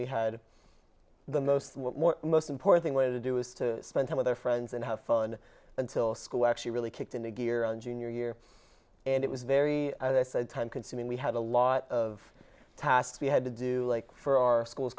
we had the most most important way to do is to spend time with our friends and have fun until school actually really kicked into gear on junior year and it was very time consuming we had a lot of tasks we had to do for our schools